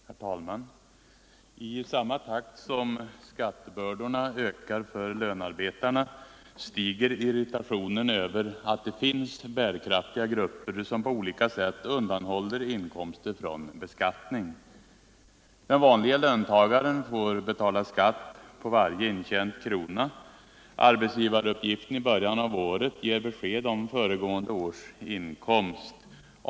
Herr talman! I samma takt som skattebördorna ökar för lönarbetarna stiger irritationen över att det finns bärkraftiga grupper som på olika sätt undanhåller inkomster från beskattning. Den vanliga löntagaren får betala skatt på varje intjänt krona. Arbetsgivaruppgiften i början på året ger besked om föregående års inkomst.